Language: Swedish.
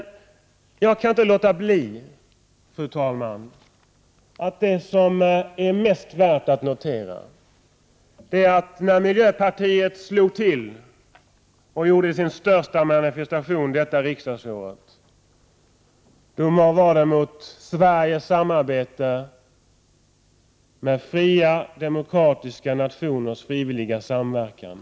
Jag kan emellertid inte låta bli att notera det som är mest värt att notera, nämligen att när miljöpartiets slog till och gjorde sin största manifestation under detta riksmöte var det mot Sveriges samarbete med fria, demokratiska nationers frivilliga samverkan.